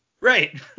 Right